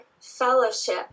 fellowship